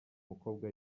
mukobwa